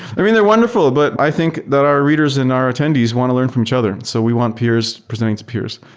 i mean, they're wonderful, but i think that our readers and our attendees want to learn from each other. so we want peers presenting to peers,